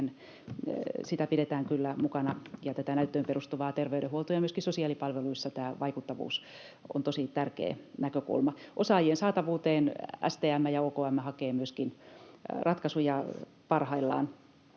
ja sitä ja tätä näyttöön perustuvaa terveydenhuoltoa pidetään kyllä mukana. Myöskin sosiaalipalveluissa tämä vaikuttavuus on tosi tärkeä näkökulma. Osaajien saatavuuteen STM ja OKM hakevat myöskin ratkaisuja parhaillaan.